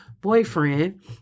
boyfriend